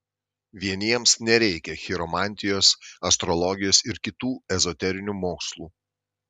vieniems nereikia chiromantijos astrologijos ir kitų ezoterinių mokslų